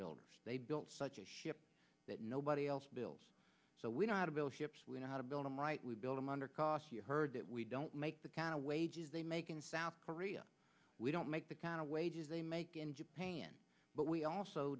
builders they built such a ship that nobody else builds so we know how to build ships we know how to build em right we build em under cost you heard that we don't make the kind of wages they make in south korea we don't make the kind of wages they make in japan but we also